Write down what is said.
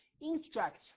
instruct